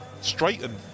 straighten